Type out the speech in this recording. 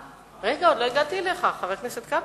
רגע, עוד לא הגעתי אליך, חבר הכנסת כבל.